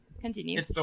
Continue